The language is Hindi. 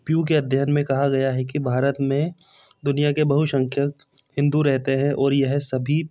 पी यू के अध्ययन मे कहा गया है कि भारत में दुनिया के बहुसंख्यक हिन्दू रहते हैं और यह सभी